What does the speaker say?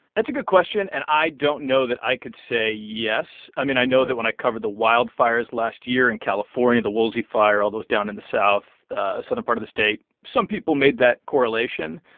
that's a good question. and i don't know that i could say yes. i mean, i know that when i covered the wildfires last year in california, the woolsey fire, all those down in the south southern part of the state, some people made that correlation.